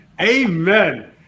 Amen